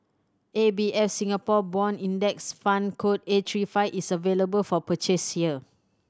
A B F Singapore Bond Index Fund code A three five is available for purchase here